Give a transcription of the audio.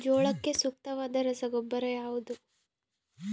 ಜೋಳಕ್ಕೆ ಸೂಕ್ತವಾದ ರಸಗೊಬ್ಬರ ಯಾವುದು?